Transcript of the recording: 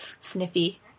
sniffy